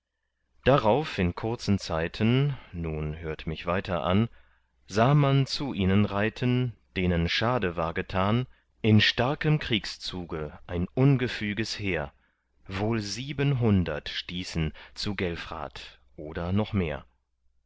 darauf in kurzen zeiten nun hört mich weiter an sah man zu ihnen reiten denen schade war getan in starkem kriegszuge ein ungefüges heer wohl siebenhundert stießen zu gelfrat oder noch mehr